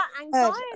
anxiety